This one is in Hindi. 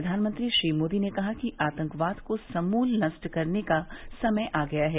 प्रधानमंत्री श्री मोदी ने कहा कि आतंकवाद को समूल नष्ट करने का समय आ गया है